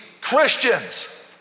Christians